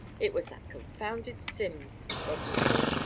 it was that confounded simms, grumbled he.